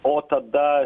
o tada